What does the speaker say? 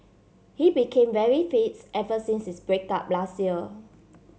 he became very fits ever since his break up last year